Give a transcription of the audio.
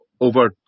over